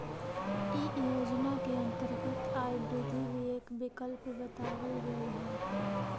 इ योजना के अंतर्गत आय वृद्धि भी एक विकल्प बतावल गेल हई